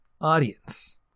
audience